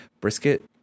brisket